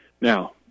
Now